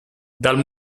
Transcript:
dal